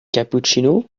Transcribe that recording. cappuccino